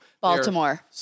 Baltimore